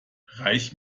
reich